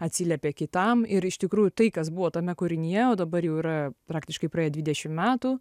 atsiliepia kitam ir iš tikrųjų tai kas buvo tame kūrinyje o dabar jau yra praktiškai praėję dvidešim metų